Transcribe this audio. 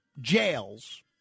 jails